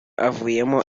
avuyemo